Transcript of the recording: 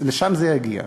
לשם זה יגיע.